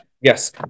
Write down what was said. yes